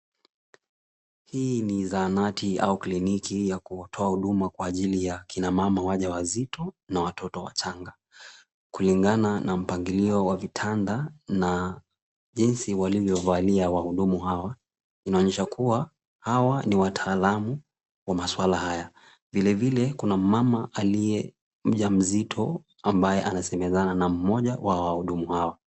Hii ni zahanati au kliniki ya kutoa huduma kwa ajili ya kina mama wajawazito na watoto wachanga. Kulingana na mpangilio wa vitanda na jinsi walivyovalia wahudumu hawa, inaonyesha kuwa hawa ni wataalamu wa maswala haya. Vilevile kuna mmama aliye mjamzito ambaye anasemezana na mmoja wa wahudumu hao.